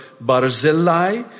Barzillai